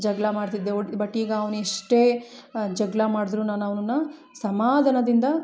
ಜಗಳ ಮಾಡ್ತಿದ್ದೆ ಬಟ್ ಈಗ ಅವ್ನು ಎಷ್ಟೇ ಜಗಳ ಮಾಡಿದ್ರು ನಾನು ಅವನನ್ನ ಸಮಾಧಾನದಿಂದ